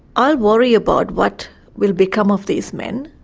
i worry about what will become of these men.